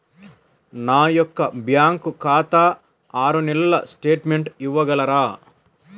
నా యొక్క బ్యాంకు ఖాతా ఆరు నెలల స్టేట్మెంట్ ఇవ్వగలరా?